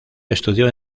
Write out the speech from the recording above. estudió